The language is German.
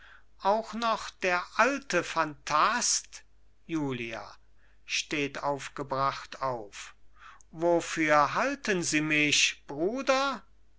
auch noch der alte phantast julia steht aufgebracht auf wofür halten sie mich bruder